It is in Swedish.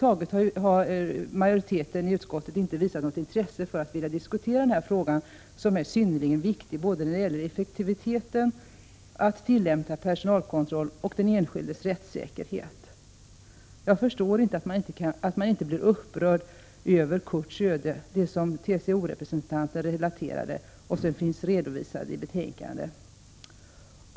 Majoriteten i utskottet har över huvud taget inte visat något intresse för att vilja diskutera denna fråga, som är synnerligen viktig när det gäller både effektiviteten i tillämpningen av personalkontrollen och den enskildes rättssäkerhet. Jag förstår inte att man inte blir upprörd över Kurts öde — det som TCO representanten relaterade och som finns redovisat i betänkandet.